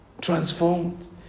Transformed